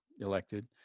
elected